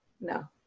No